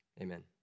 amen